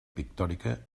pictòrica